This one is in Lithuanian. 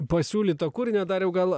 pasiūlyt o kur ne dariau gal